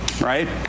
right